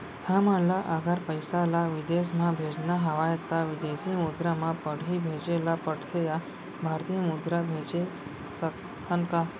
हमन ला अगर पइसा ला विदेश म भेजना हवय त विदेशी मुद्रा म पड़ही भेजे ला पड़थे या भारतीय मुद्रा भेज सकथन का?